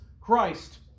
Christ